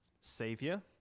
Savior